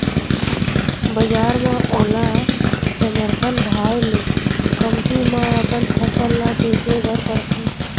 बजार म ओला समरथन भाव ले कमती म अपन फसल ल बेचे बर परथे